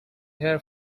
here